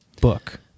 book